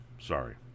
Sorry